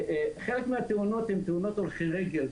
חלק מהתאונות הן תאונות הולכי רגל.